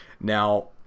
Now